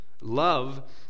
Love